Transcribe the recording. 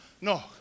No